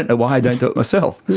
and why i don't do it myself.